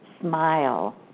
smile